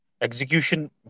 Execution